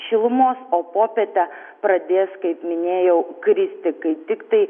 šilumos o popietę pradės kaip minėjau kristi kai tiktai